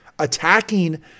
attacking